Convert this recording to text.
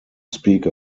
speak